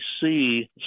see